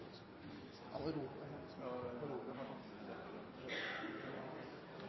han var